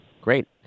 Great